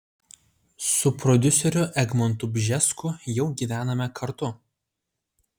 su prodiuseriu egmontu bžesku jau gyvename kartu